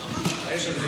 פוליטי.